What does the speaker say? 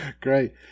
Great